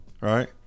Right